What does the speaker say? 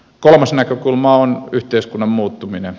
kolmas näkökulma on yhteiskunnan muuttuminen